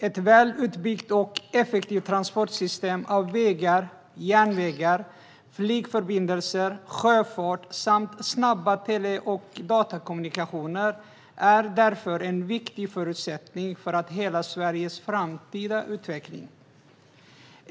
Ett väl utbyggt och effektivt transportsystem av vägar, järnvägar, flygförbindelser och sjöfart, samt snabb tele och data-kommunikation, är därför en viktig förutsättning för hela Sveriges framtida utveckling.